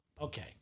Okay